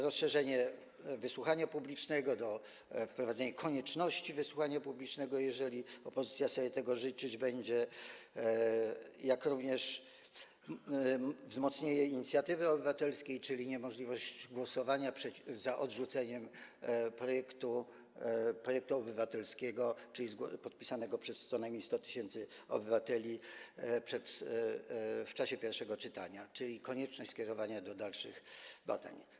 Rozszerzenie wysłuchania publicznego, wprowadzenie konieczności wysłuchania publicznego, jeżeli opozycja będzie sobie tego życzyć, jak również wzmocnienie inicjatywy obywatelskiej, czyli niemożliwość głosowania za odrzuceniem projektu obywatelskiego, a więc podpisanego przez co najmniej 100 tys. obywateli, w czasie pierwszego czytania, czyli konieczność skierowania do dalszych prac.